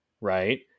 right